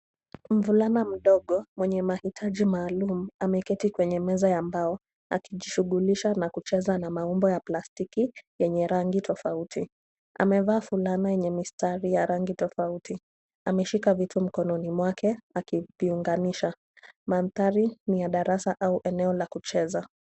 Mvulana mdogo, mwenye mahitaji maalum ameketi kwenye meza ya mbao akijishughulisha na kucheza na maumbo ya plastiki yenye rangi tofauti. Amevaa fulana yenye mistari ya rangi tofauti. Ameshika vitu mkononi mwake akiviunganisha. Mandhari ni ya darasa au eneo la kucheza.